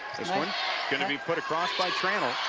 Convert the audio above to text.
going to be put across by tranel.